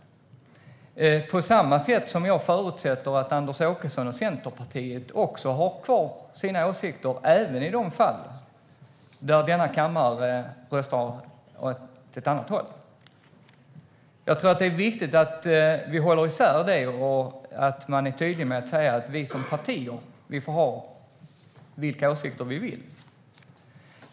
Jag förutsätter på samma sätt att Anders Åkesson och Centerpartiet också har kvar sina åsikter även i de fall där denna kammare röstar åt ett annat håll. Jag tror att det är viktigt att vi håller isär det och att man är tydlig med att vi som partier får ha vilka åsikter vi vill.